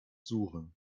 suchen